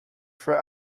for